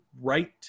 right